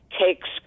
takes